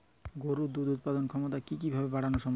গরুর দুধ উৎপাদনের ক্ষমতা কি কি ভাবে বাড়ানো সম্ভব?